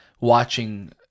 watching